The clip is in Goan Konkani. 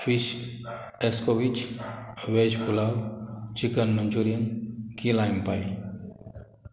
fish escovitch veg pulao chicken Manchurian key lime पाय